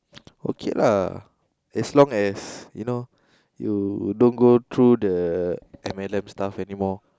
okay lah as long as you know you don't go through the M L M stuff anymore